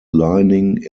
lining